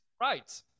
Right